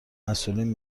مسئولین